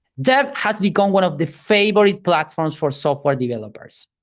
dev has become one of the favorite platforms for software developers.